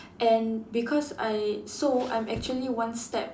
and because I so I'm actually one step